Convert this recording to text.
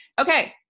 Okay